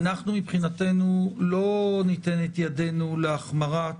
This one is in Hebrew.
אנחנו לא ניתן את ידינו להחמרת